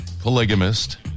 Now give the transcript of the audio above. Polygamist